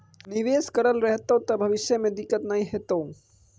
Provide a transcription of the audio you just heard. निवेश करल रहतौ त भविष्य मे दिक्कत नहि हेतौ